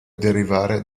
derivare